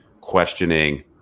questioning